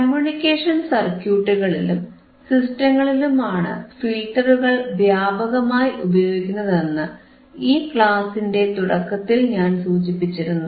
communication സർക്യൂട്ടുകളിലും സിസ്റ്റങ്ങളിലുമാണ് ഫിൽറ്ററുകൾ വ്യാപകമായി ഉപയോഗിക്കുന്നതെന്ന് ഈ ക്ലാസിന്റെ തുടക്കത്തിൽ ഞാൻ സൂചിപ്പിച്ചിരുന്നു